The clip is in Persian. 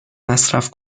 مصرف